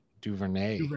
Duvernay